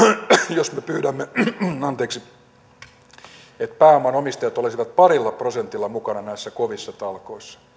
jos me pyydämme että pääomanomistajat olisivat parilla prosentilla mukana näissä kovissa talkoissa